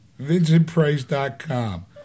Vincentprice.com